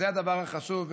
וזה הדבר החשוב,